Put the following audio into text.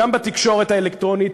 וגם בתקשורת האלקטרונית,